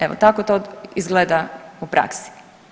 Evo tako to izgleda u praksi.